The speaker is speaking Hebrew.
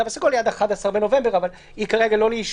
מה שהתכוון גור בליי זה שבעצם התקנות שבאות עכשיו הן לא באות